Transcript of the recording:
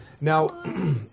Now